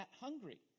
hungry